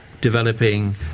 developing